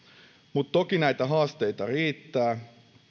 mutta toki näitä haasteita riittää